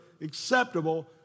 acceptable